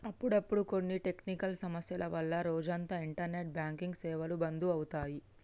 అప్పుడప్పుడు కొన్ని టెక్నికల్ సమస్యల వల్ల రోజంతా ఇంటర్నెట్ బ్యాంకింగ్ సేవలు బంధు అవుతాయి